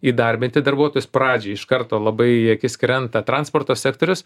įdarbinti darbuotojus pradžiai iš karto labai į akis krenta transporto sektorius